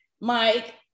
Mike